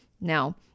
Now